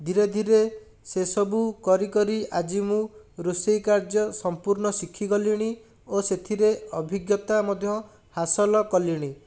ଧୀରେ ଧୀରେ ସେସବୁ କରି କରି ଆଜି ମୁଁ ରୋଷେଇ କାର୍ଯ୍ୟ ସମ୍ପୂର୍ଣ୍ଣ ଶିଖିଗଲିଣି ଓ ସେଥିରେ ଅଭିଜ୍ଞତା ମଧ୍ୟ ହାସଲ କଲିଣି